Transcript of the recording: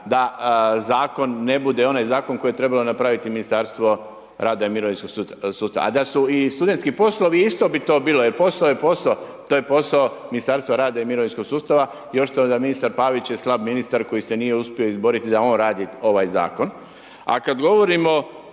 da zakon ne bude onaj zakon koji je trebalo napraviti Ministarstvo rada i mirovinskog sustava. A da su i studentski poslovi isto bi to bilo jer posao je posao, to je posao Ministarstva rada i mirovinskog sustava, a još uz to, ministar Pavić je slab ministar koji se nije uspio izboriti da on radi ovaj zakon. A kad govorimo